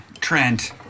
Trent